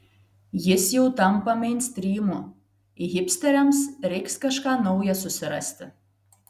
jis jau tampa meinstrymu hipsteriams reiks kažką naują susirasti